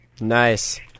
Nice